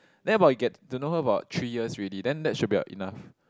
then about you get to know her about three years already then that should be about enough